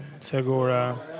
Segura